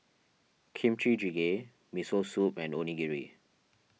Kimchi Jjigae Miso Soup and Onigiri